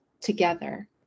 together